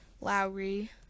Lowry